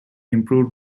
improved